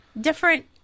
different